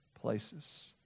places